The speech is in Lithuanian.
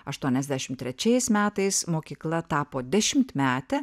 aštuoniasdešimt trečiais metais mokykla tapo dešimtmete